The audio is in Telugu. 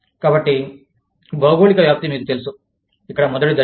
కాబట్టి భౌగోళిక వ్యాప్తి మీకు తెలుసు ఇక్కడ మొదటి దశ